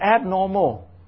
abnormal